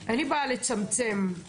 --- כי אין לי בעיה לצמצם את זה.